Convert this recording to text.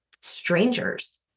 strangers